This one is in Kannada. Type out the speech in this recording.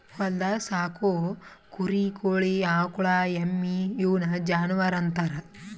ಹೊಲ್ದಾಗ್ ಸಾಕೋ ಕುರಿ ಕೋಳಿ ಆಕುಳ್ ಎಮ್ಮಿ ಇವುನ್ ಜಾನುವರ್ ಅಂತಾರ್